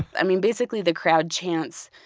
i mean, basically, the crowd chants,